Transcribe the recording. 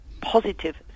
positive